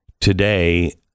Today